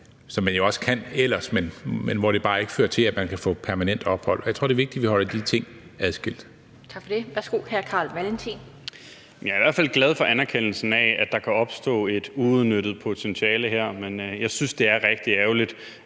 som man jo også kan ellers, men hvor det bare ikke fører til, at man kan få permanent ophold. Jeg tror, det er vigtigt, at vi holder de ting adskilt. Kl. 14:57 Den fg. formand (Annette Lind): Tak for det. Værsgo, hr. Carl Valentin. Kl. 14:57 Carl Valentin (SF): Jeg er i hvert fald glad for anerkendelsen af, at der kan opstå et uudnyttet potentiale her. Men jeg synes, det er rigtig ærgerligt,